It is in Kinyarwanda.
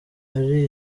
ari